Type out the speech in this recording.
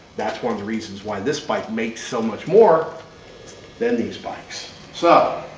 that's one of the reasons why this bikes makes so much more than these bikes. so,